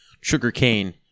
sugarcane